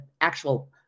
actual